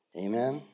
Amen